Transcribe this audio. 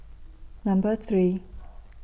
Number three